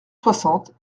soixante